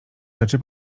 rzeczy